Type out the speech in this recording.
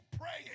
praying